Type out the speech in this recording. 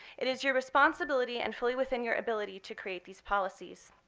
it is your responsibility and fully within your ability to create these policies.